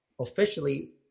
officially